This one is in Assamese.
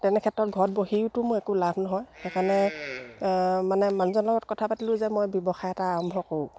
তেনে ক্ষেত্ৰত ঘৰত বহিওতো মই একো লাভ নহয় সেইকাৰণে মানে মানুহজনৰ লগত কথা পাতিলোঁ যে মই ব্যৱসায় এটা আৰম্ভ কৰোঁ